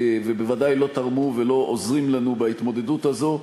שבוודאי לא תרמו ולא עוזרות לנו בהתמודדות הזו.